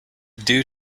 due